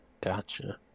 Gotcha